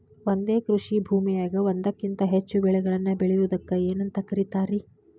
ಒಂದೇ ಕೃಷಿ ಭೂಮಿಯಾಗ ಒಂದಕ್ಕಿಂತ ಹೆಚ್ಚು ಬೆಳೆಗಳನ್ನ ಬೆಳೆಯುವುದಕ್ಕ ಏನಂತ ಕರಿತಾರಿ?